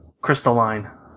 crystalline